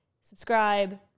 subscribe